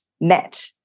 met